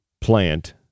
plant